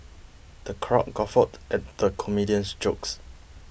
the crowd guffawed at the comedian's jokes